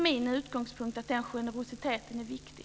Min utgångspunkt är att den generositeten är viktig.